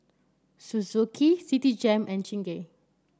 Suzuki Citigem and Chingay